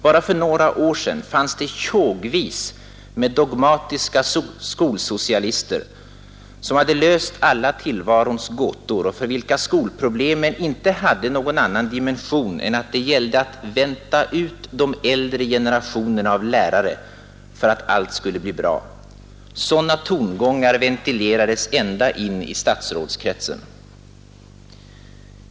Bara för några år sedan fanns det tjogvis med dogmatiska skolsocialister, som hade löst alla tillvarons gåtor och för vilka skolproblemen inte hade någon annan dimension än att det gällde att vänta ut de äldre generationerna av lärare, för att allt skulle bli bra. Sådana tongångar ventilerades ända in i statsrådskretsen.